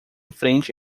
frente